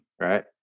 right